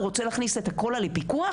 הוא רוצה להכניס את הקולה לפיקוח,